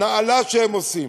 נעלה שהם עושים.